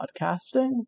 podcasting